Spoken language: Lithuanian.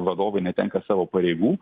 vadovai netenka savo pareigų